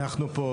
אנחנו פה